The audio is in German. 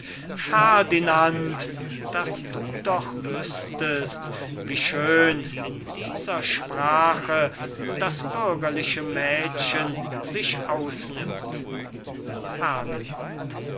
ferdinand daß du doch wüßtest wie schön in dieser sprache das bürgerliche mädchen sich